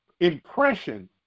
impression